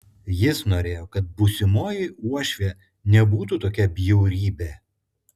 jis norėjo kad būsimoji uošvė nebūtų tokia bjaurybė